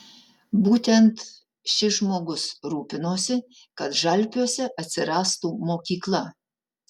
būtent šis žmogus rūpinosi kad žalpiuose atsirastų mokykla